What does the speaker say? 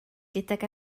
gydag